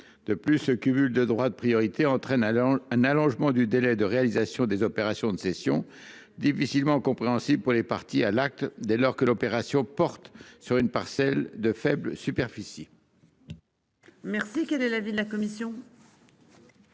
de plus ce cumul de droit de priorité entraîne alors un allongement du délai de réalisation des opérations de cession difficilement compréhensible pour les partis à l'acte dès lors que l'opération porte sur une parcelle de faible superficie.